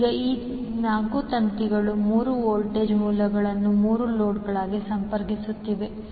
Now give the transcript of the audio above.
ಈಗ ಈ 4 ತಂತಿಗಳು 3 ವೋಲ್ಟೇಜ್ ಮೂಲಗಳನ್ನು 3 ಲೋಡ್ಗಳಿಗೆ ಸಂಪರ್ಕಿಸುತ್ತಿವೆ